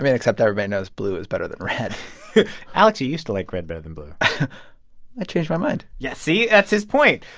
um and except everybody knows blue is better than red alex, you used to like red better than blue i changed my mind yeah. see? that's his point.